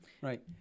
Right